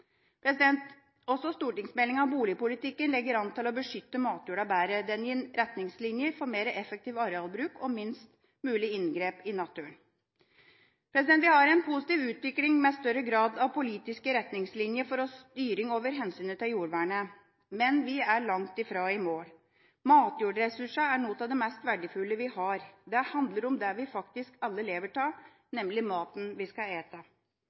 Også stortingsmeldingen om boligpolitikken legger an til å beskytte matjorda bedre. Den gir retningslinjer for mer effektiv arealbruk og minst mulig inngrep i naturen. Vi har en positiv utvikling med større grad av politiske retningslinjer for styring over hensynet til jordvernet. Men vi er langt fra i mål. Matjordressursene er noe av det mest verdifulle vi har. Det handler om det vi faktisk alle lever av, nemlig maten vi skal